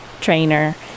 trainer